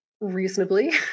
reasonably